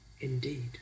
indeed